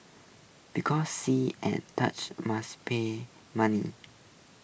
because see and touch must pay money